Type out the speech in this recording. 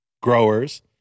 growers—